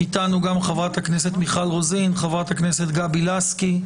נמצאות איתנו גם חברות הכנסת: מיכל רוזין וגבי לסקי.